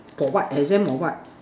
for what exam or what